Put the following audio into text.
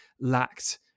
lacked